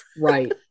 right